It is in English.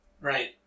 Right